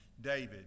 David